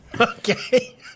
Okay